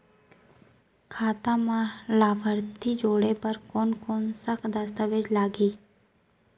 खाता म लाभार्थी जोड़े बर कोन कोन स दस्तावेज लागही?